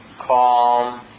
calm